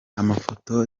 amafoto